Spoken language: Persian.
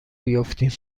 بیفتیم